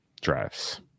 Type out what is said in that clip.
drives